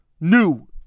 New